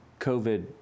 COVID